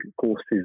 courses